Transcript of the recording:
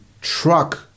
truck